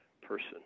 person